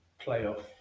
playoff